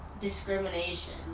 discrimination